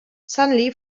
suddenly